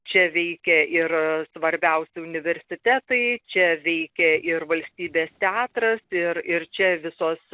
čia veikė ir svarbiausi universitetai čia veikė ir valstybės teatras ir ir čia visos